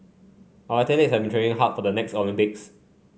our have training hard for the next Olympics